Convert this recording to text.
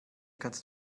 kannst